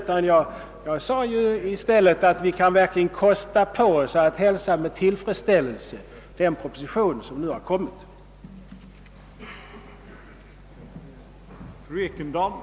Tvärtom framhöll jag att vi verkligen kan kosta på oss att med tillfredsställelse hälsa den proposition som nu framlagts.